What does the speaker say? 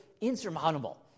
insurmountable